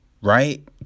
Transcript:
right